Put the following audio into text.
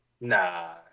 nah